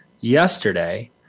yesterday